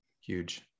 Huge